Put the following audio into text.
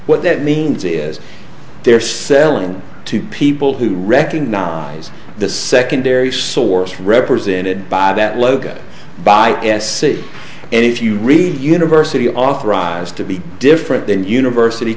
what that means is they're selling to people who recognize the secondary source represented by that logo by s c and if you read a university authorized to be different than university